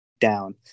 down